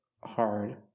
hard